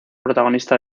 protagonista